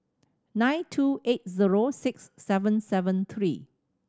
nine two eight zero six seven seven three